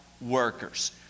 workers